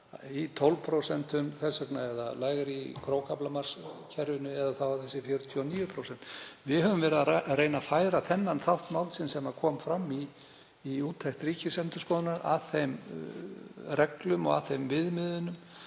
í 12% þess vegna, eða lægri í krókaaflamarkskerfinu eða þá að það séu 49%. Við höfum verið að reyna að laga þann þátt málsins sem kom fram í úttekt Ríkisendurskoðunar að þeim reglum og viðmiðunum